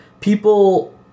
people